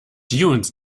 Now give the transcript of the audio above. dunes